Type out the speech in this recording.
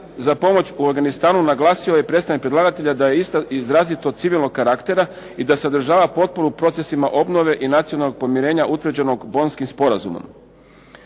za pomoć u Afganistanu naglasio je predstavnik predlagatelja da je ista izrazito civilnog karaktera i da sadržava potporu u procesima obnove i nacionalnog pomirenja utvrđenog bolonjskim sporazumom.